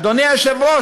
אדוני היושב-ראש,